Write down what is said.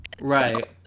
right